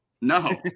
No